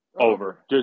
Over